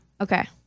Okay